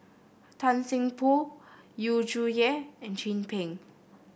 Tan Seng Poh Yu Zhuye and Chin Peng